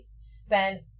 spent